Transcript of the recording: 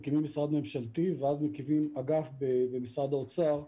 מקימים משרד ממשלתי ואז --- אגף במשרד האוצר.